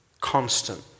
constant